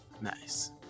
nice